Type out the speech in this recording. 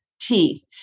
teeth